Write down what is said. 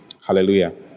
Hallelujah